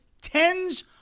tens